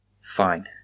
Fine